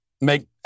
make